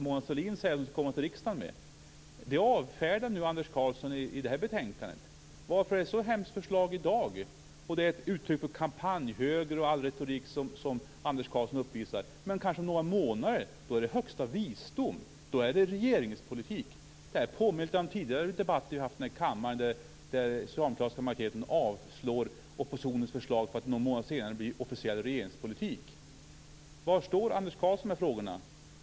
Mona Sahlin skall sedan komma till riksdagen med ett förslag. Anders Karlsson avfärdar nu förslaget i det här betänkandet. Varför är förslaget så hemskt i dag? Anders Karlsson anser att detta är, i hans retorik, ett uttryck för kampanjhögern. Men om några månader kan detta vara högsta visdom och vara regeringspolitik. Detta påminner om tidigare debatter i kammaren där den socialdemokratiska majoriteten avslår ett förslag som någon månad senare blir officiell regeringspolitik. Var står Anders Karlsson i dessa frågor?